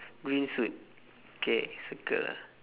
green suit K circle ah